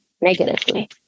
negatively